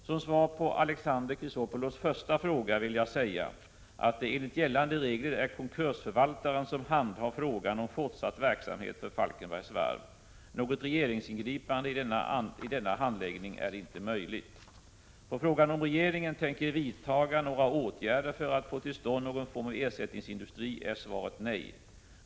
Som svar på Alexander Chrisopoulos första fråga vill jag säga att det enligt gällande regler är konkursförvaltaren som handhar frågan om fortsatt — Prot. 1987/88:52 verksamhet för Falkenbergs Varv. Något regeringsingripande i denna 15 januari 1988 handläggning är inte möjligt. På frågan om regeringen tänker vidta några åtgärder för att få till stånd någon form av ersättningsindustri är svaret nej.